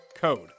code